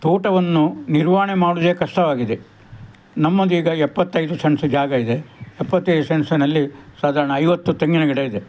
ತೋಟವನ್ನು ನಿರ್ವಹಣೆ ಮಾಡೋದೇ ಕಷ್ಟವಾಗಿದೆ ನಮ್ಮದೀಗ ಎಪ್ಪತ್ತೈದು ಸೆನ್ಸ್ ಜಾಗಯಿದೆ ಎಪ್ಪತ್ತೈದು ಸೆನ್ಸ್ನಲ್ಲಿ ಸಾಧಾರಣ ಐವತ್ತು ತೆಂಗಿನ ಗಿಡಯಿದೆ